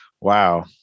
wow